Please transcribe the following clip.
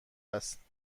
است